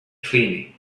cleaning